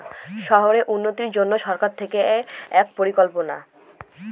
শহরের উন্নতির জন্য সরকার থেকে একটি পরিকল্পনা